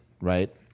right